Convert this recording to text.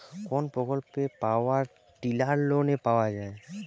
কোন প্রকল্পে power tiller লোনে পাওয়া য়ায়?